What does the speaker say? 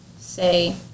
say